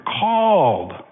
called